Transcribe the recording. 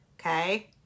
okay